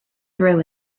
through